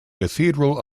cathedral